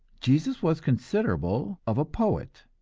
jesus was considerable of a poet,